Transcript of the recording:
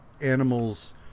animals